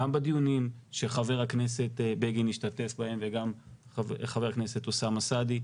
גם בדיונים שח"כ בגין השתתף בהם וגם ח"כ אוסאמה סעדי,